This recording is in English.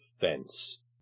fence